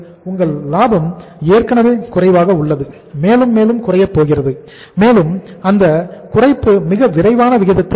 உங்கள் லாபம் ஏற்கனவே குறைவாக உள்ளது மேலும் மேலும் குறையப் போகிறது மேலும் அந்த குறைப்பு மிக விரைவான விகிதத்தில் இருக்கும்